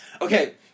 Okay